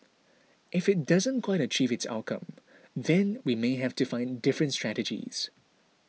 if it doesn't quite achieve its outcome then we may have to find different strategies